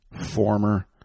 former